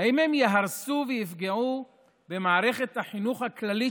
האם הם יהרסו ויפגעו במערכת החינוך הכללית,